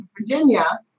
Virginia